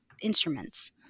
instruments